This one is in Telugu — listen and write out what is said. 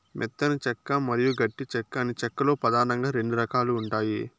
మెత్తని చెక్క మరియు గట్టి చెక్క అని చెక్క లో పదానంగా రెండు రకాలు ఉంటాయి